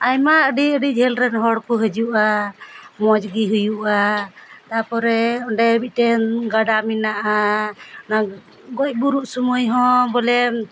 ᱟᱭᱢᱟ ᱟᱹᱰᱤ ᱟᱹᱰᱤ ᱡᱷᱟᱹᱞ ᱨᱮᱱ ᱦᱚᱲ ᱠᱚ ᱦᱤᱡᱩᱜᱼᱟ ᱢᱚᱡᱽ ᱜᱮ ᱦᱩᱭᱩᱜᱼᱟ ᱛᱟᱯᱚᱨᱮ ᱚᱸᱰᱮ ᱢᱤᱫᱴᱮᱱ ᱜᱟᱰᱟ ᱢᱮᱱᱟᱜᱼᱟ ᱚᱱᱟ ᱜᱚᱡ ᱜᱩᱨᱩᱜ ᱥᱩᱢᱟᱹᱭ ᱦᱚᱸ ᱵᱚᱞᱮ